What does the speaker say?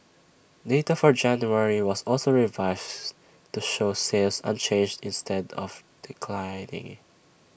data for January was also revised to show sales unchanged instead of declining